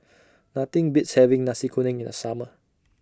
Nothing Beats having Nasi Kuning in The Summer